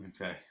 Okay